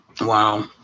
wow